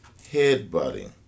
headbutting